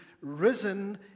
risen